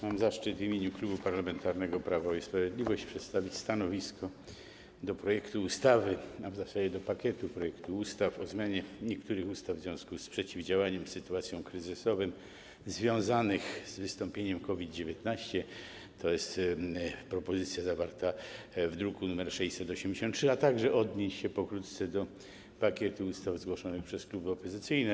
Mam zaszczyt w imieniu Klubu Parlamentarnego Prawo i Sprawiedliwość przedstawić stanowisko wobec projektu ustawy, a w zasadzie pakietu projektów ustaw, o zmianie niektórych ustaw w związku z przeciwdziałaniem sytuacjom kryzysowym związanym z wystąpieniem COVID-19, tj. propozycji zawartej w druku nr 683, a także odnieść się pokrótce do pakietu ustaw zgłoszonych przez kluby opozycyjne.